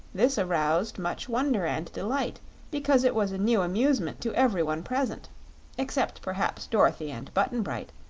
this aroused much wonder and delight because it was a new amusement to every one present except perhaps dorothy and button-bright,